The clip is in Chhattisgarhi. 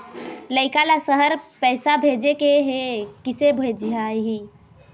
लइका ला शहर पैसा भेजें के हे, किसे भेजाही